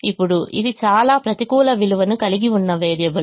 ఇప్పుడు ఇది చాలా ప్రతికూల విలువను కలిగి ఉన్న వేరియబుల్